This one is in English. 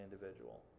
individual